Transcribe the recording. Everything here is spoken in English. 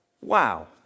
Wow